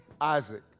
Isaac